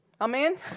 Amen